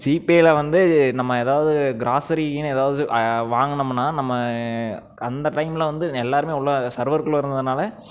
ஜிபேயில் வந்து நம்ம ஏதாவது க்ராசரின்னு ஏதாவது வாங்கினோம்னா நம்ம அந்த டைமில் வந்து எல்லாேருமே உள்ளே சர்வர்குள்ளே இருந்ததுனால்